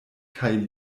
kaj